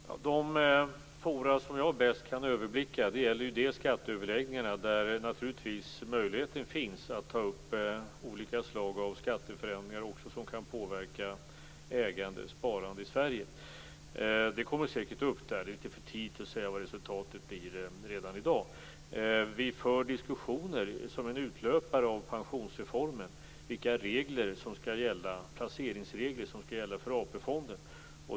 Fru talman! De forum som jag bäst kan överblicka gäller bl.a. skatteöverläggningarna, där möjligheten naturligtvis finns att ta upp olika slag av skatteförändringar som kan påverka ägandesparande i Sverige. Det kommer säkert upp där men det är lite för tidigt att redan i dag säga vad resultatet blir. Som en utlöpare av pensionsreformen för vi diskussioner om vilka placeringsregler som skall gälla för AP-fonden.